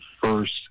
first